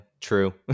true